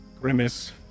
grimace